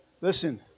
listen